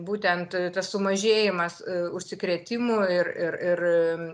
būtent tas sumažėjimas užsikrėtimų ir ir ir